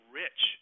rich